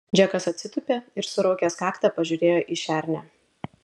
džekas atsitūpė ir suraukęs kaktą pažiūrėjo į šernę